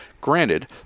granted